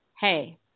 hey